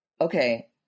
okay